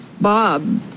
Bob